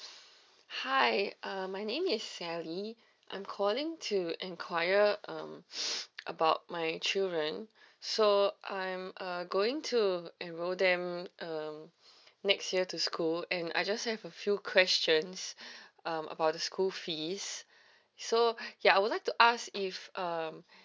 hi uh my name is shally I'm calling to inquire um about my children so I'm uh going to enroll them um next year to school and I just have a few questions um about the school fees so ya I would like to ask if um